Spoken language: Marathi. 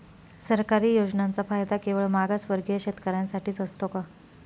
सरकारी योजनांचा फायदा केवळ मागासवर्गीय शेतकऱ्यांसाठीच असतो का?